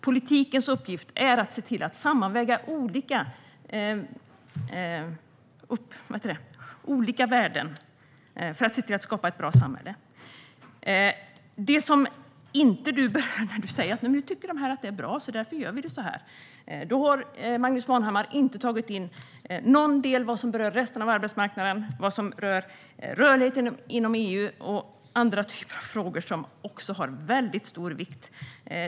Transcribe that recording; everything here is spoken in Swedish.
Politikens uppgift är att sammanväga olika värden för att se till att skapa ett bra samhälle. När Magnus Manhammar säger att man tycker att det är bra och att man därför gör så här, då har Magnus Manhammar inte tagit med någon del som berör resten av arbetsmarknaden, som berör rörligheten inom EU och som berör andra typer av frågor som också är av stor vikt.